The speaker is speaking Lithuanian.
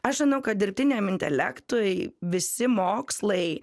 aš žinau kad dirbtiniam intelektui visi mokslai